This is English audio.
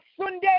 Sunday